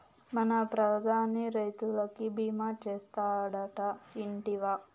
మన ప్రధాని రైతులకి భీమా చేస్తాడటా, ఇంటివా